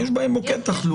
יש בעיה עם מוקד תחלואה.